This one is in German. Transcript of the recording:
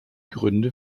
gründe